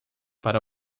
para